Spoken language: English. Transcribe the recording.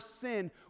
sin